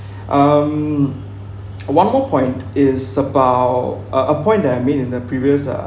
um one more point is about uh a point that has made in the previous ah